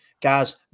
guys